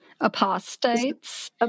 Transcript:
apostates